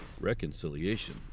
Reconciliation